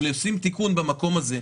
אם לשים תיקון במקום הזה,